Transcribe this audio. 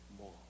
more